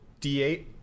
d8